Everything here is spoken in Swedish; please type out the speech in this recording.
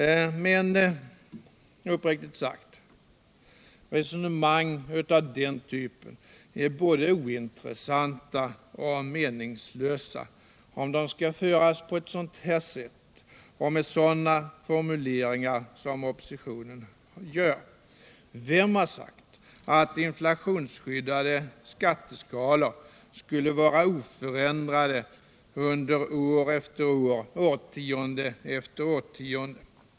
Uppriktigt sagt: Resonemang av den typen är både ointressanta och meningslösa, om de förs på det sätt som oppositionen för dem och med de formuleringar som oppositionen använder. Vem har sagt att inflationsskyddade skatteskalor skall vara oförändrade år efter år, årtionde efter årtionde?